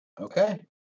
Okay